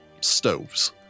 stoves